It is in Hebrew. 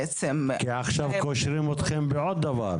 עכשיו קושרים אתכם בעוד דבר.